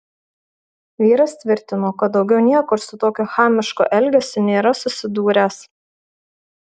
vyras tvirtino kad daugiau niekur su tokiu chamišku elgesiu nėra susidūręs